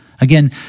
Again